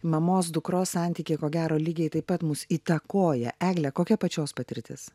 mamos dukros santykiai ko gero lygiai taip pat mus įtakoja egle kokia pačios patirtis